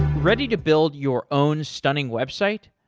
ready to build your own stunning website?